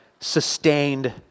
sustained